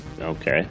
okay